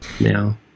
now